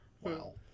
Wow